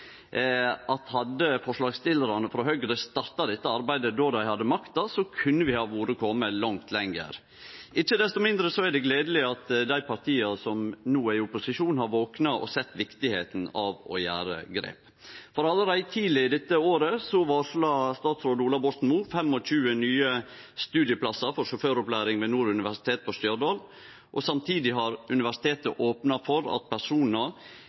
at hadde forslagsstillarane frå Høgre starta dette arbeidet då dei hadde makta, kunne vi vore komne mykje lenger. Ikkje desto mindre er det gledeleg at dei partia som no er i opposisjon, har vakna og sett kor viktig det er å gjere grep. Allereie tidleg i år varsla statsråd Ola Borten Moe 25 nye studieplassar for sjåføropplæringa ved Nord universitet på Stjørdal, og samtidig har universitetet opna for at personar